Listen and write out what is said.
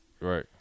Right